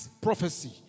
prophecy